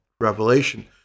Revelation